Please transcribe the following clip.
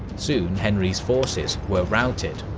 soon henry's forces were routed.